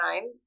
time